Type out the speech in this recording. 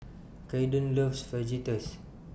Kaiden loves Fajitas